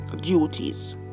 duties